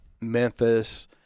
Memphis